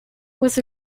was